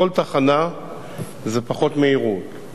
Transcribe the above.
שכל תחנה זה פחות מהירות.